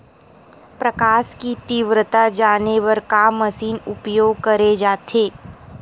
प्रकाश कि तीव्रता जाने बर का मशीन उपयोग करे जाथे?